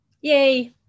Yay